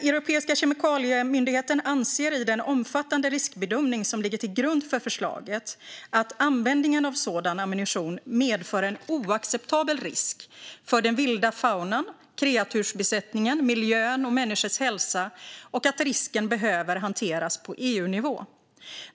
Europeiska kemikaliemyndigheten anser, i den omfattande riskbedömning som ligger till grund för förslaget, att användningen av sådan ammunition medför en oacceptabel risk för den vilda faunan, kreatursbesättningar, miljön och människors hälsa och att risken behöver hanteras på EU-nivå.